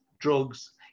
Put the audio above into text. drugs